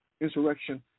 insurrection